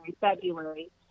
February